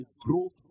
growth